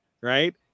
right